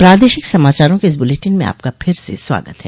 प्रादेशिक समाचारों के इस बुलेटिन में आपका फिर से स्वागत है